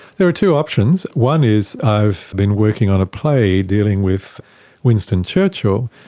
there are two options. one is i've been working on a play dealing with winston churchill,